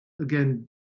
again